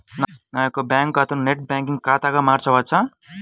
నా యొక్క బ్యాంకు ఖాతాని నెట్ బ్యాంకింగ్ ఖాతాగా మార్చవచ్చా?